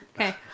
Okay